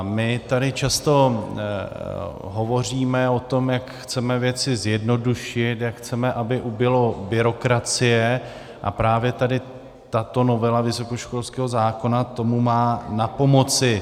My tady často hovoříme o tom, jak chceme věci zjednodušit, jak chceme, aby ubylo byrokracie, a právě tato novela vysokoškolského zákona tomu má napomoci.